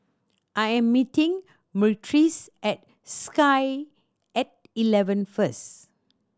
I am meeting Myrtis at Sky At Eleven first